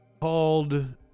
called